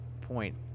point